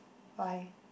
why